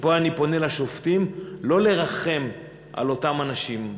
ופה אני פונה לשופטים שלא לרחם על אותם אנשים.